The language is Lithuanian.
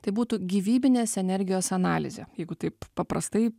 tai būtų gyvybinės energijos analizė jeigu taip paprastai